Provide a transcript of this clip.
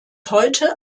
heute